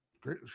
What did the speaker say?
great